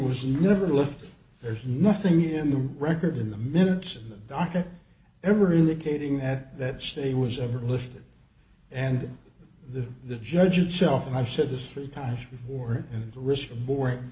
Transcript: was never left there's nothing in the record in the minutes of the docket ever indicated that that state was ever lifted and the the judge itself and i've said this three times before and the risk of boring